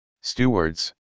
stewards